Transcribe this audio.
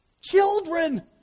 children